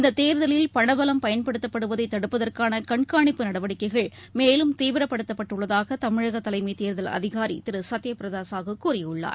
இந்ததேர்தலில் பணபலம் பயன்படுத்தப்படுவதைதடுப்பதற்கானகண்காணிப்பு நடவடிக்கைகள் மேறும் தீவிரப்படுத்தப்பட்டுள்ளதாகதமிழகதலைமைதேர்தல் அதினரிதிருசத்யபிரதசாகுகூறியுள்ளார்